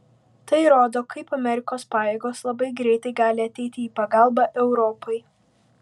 tai rodo kaip amerikos pajėgos labai greitai gali ateiti į pagalbą europai